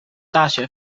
大学